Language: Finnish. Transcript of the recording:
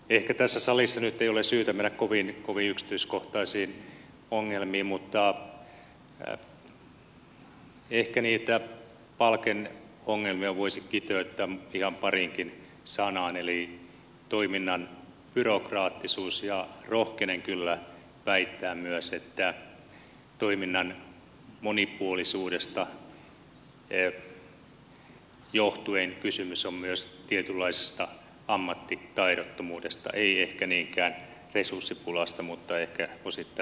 ehkä tässä salissa nyt ei ole syytä mennä kovin yksityiskohtaisiin ongelmiin mutta ehkä niitä palkeiden ongelmia voisi kiteyttää ihan pariinkin sanaan eli toiminnan byrokraattisuus ja rohkenen kyllä väittää myös että toiminnan monipuolisuudesta johtuen kysymys on myös tietynlaisesta ammatti taidottomuudesta ei ehkä niinkään resurssipulasta mutta ehkä osittain ammattitaidottomuudesta